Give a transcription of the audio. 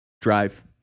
drive